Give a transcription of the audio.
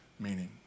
meaning